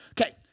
Okay